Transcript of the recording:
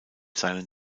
seinem